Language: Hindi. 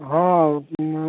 हाँ मैं